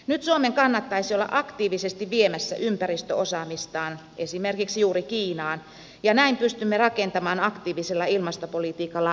nyt suomen kannattaisi olla aktiivisesti viemässä ympäristöosaamistaan esimerkiksi juuri kiinaan ja näin pystymme rakentamaan aktiivisella ilmastopolitiikalla lisää työpaikkoja